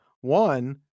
One